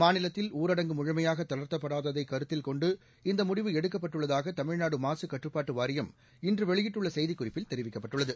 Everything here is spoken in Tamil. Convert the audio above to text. மாநிலத்தில் ஊரடங்கு முழுமையாக தளர்த்தப்படாததை கருத்தில் கொண்டு இந்த முடிவு எடுக்கப்பட்டுள்ளதாக தமிழ்நாடு மாசு கட்டுப்பாட்டு வாரியம் இன்று வெளியிட்டுள்ள செய்திக் குறிப்பில் தெரிவிக்கப்பட்டுள்ளது